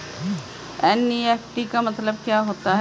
NEFT का मतलब क्या होता है?